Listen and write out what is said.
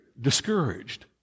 discouraged